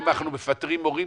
האם אנחנו מפטרים מורים,